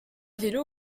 vélo